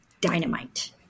dynamite